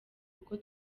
kuko